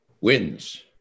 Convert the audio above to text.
wins